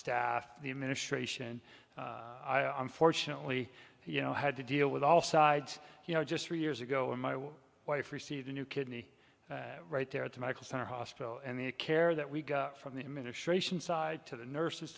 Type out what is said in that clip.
staff the administration i unfortunately you know had to deal with all sides you know just three years ago when my wife received a new kidney right there at the medical center hospital and the care that we got from the administration's side to the nurses